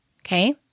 okay